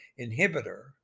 inhibitor